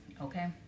Okay